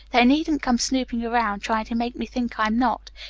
they needn't come snooping around, trying to make me think i'm not.